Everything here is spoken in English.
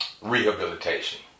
rehabilitation